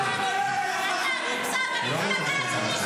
גם אתה, גם אתה.